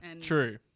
true